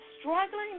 struggling